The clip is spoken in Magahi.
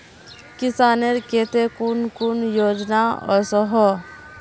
किसानेर केते कुन कुन योजना ओसोहो?